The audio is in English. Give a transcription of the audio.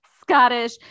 Scottish